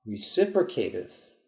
reciprocative